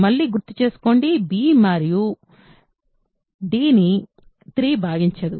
మళ్లీ గుర్తు చెసుకోండి b మరియు d ని 3 భాగించదు